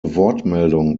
wortmeldung